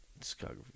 discography